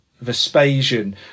Vespasian